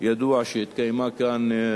ידוע שהתקיימה כאן